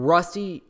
Rusty